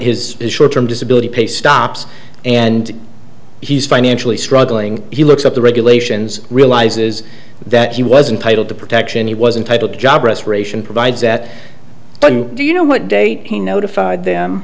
his short term disability pay stops and he's financially struggling he looks up the regulations realizes that he wasn't titled the protection he was in title job restoration provides that do you know what date he notified them